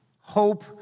hope